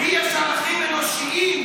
לי יש ערכים אנושיים,